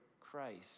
Christ